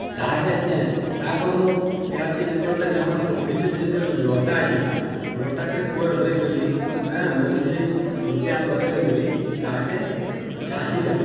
ତାହାକେ ଏଛେନ୍ କାଁ କର୍ମୁ ଇଆଡ଼କେ ଯେତେବେଲେ ଆମର୍ ସେ ଫିଲ୍ଡ୍ରେ ଯେତେବେଲେ ଲଟା ହେଇଯିବା ଲଟାକେ କୂରେଡ୍ ଧରିକରି ହେଁ ମଜୁରି ଭୁତିଆ ଲଗେଇ ଦେଇକରି ତାହାକେ ଛାଛି ଦେମୁ